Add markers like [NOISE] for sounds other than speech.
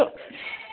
[UNINTELLIGIBLE]